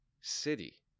city